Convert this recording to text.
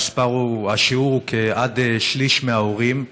השיעור הוא עד שליש מההורים,